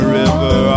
river